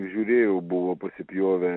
žiūrėjau buvo pasipjovę